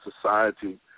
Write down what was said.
society